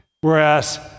whereas